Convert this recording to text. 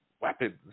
weapons